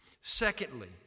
Secondly